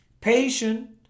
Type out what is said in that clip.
Patient